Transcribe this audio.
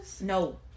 No